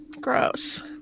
Gross